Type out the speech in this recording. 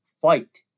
fight